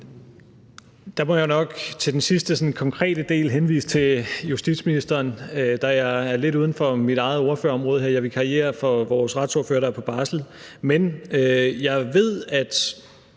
Der må jeg nok til den sidste sådan konkrete del henvise til justitsministeren, da jeg er lidt uden for mit eget ordførerområde her. Jeg vikarierer for vores retsordfører, der er på barsel. Men jeg ved, at